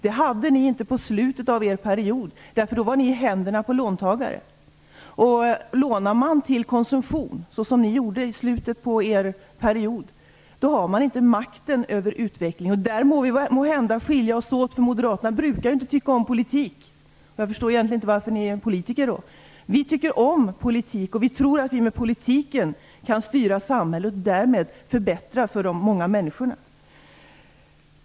Det hade inte ni i slutet av er period. Då var ni nämligen i händerna på långivare. Lånar man till konsumtion, såsom ni gjorde i slutet av er period, har man inte makten över utvecklingen. Måhända skiljer vi oss åt där. Moderaterna brukar ju inte tycka om politik, och därför förstår jag egentligen inte varför ni är politiker. Socialdemokraterna tycker om politik, och vi tror att vi med politiken kan styra samhället och därmed förbättra för de många människorna.